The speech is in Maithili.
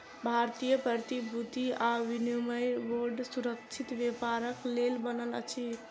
भारतीय प्रतिभूति आ विनिमय बोर्ड सुरक्षित व्यापारक लेल बनल अछि